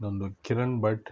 ಇನ್ನೊಂದು ಕಿರಣ್ ಬಟ್